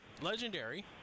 Legendary